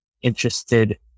interested